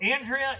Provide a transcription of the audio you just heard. Andrea